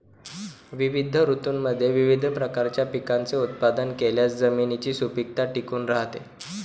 विविध ऋतूंमध्ये विविध प्रकारच्या पिकांचे उत्पादन केल्यास जमिनीची सुपीकता टिकून राहते